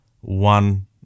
one